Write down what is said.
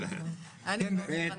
אני מסכימה עם כל מילה של הרב פרוש.